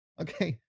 Okay